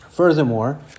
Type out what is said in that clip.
Furthermore